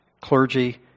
Clergy